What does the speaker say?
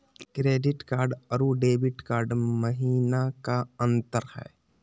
Credit card अरू debit card महिना का अंतर हई?